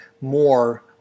more